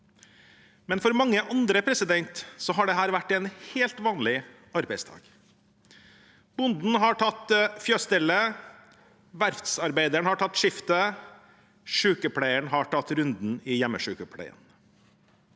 men for mange andre har dette vært en helt vanlig arbeidsdag. Bonden har tatt fjøsstellet, verftsarbeideren har tatt skiftet, og sykepleieren har tatt runden i hjemmesykepleien.